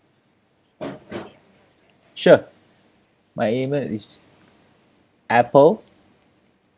sure my email is apple